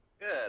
Good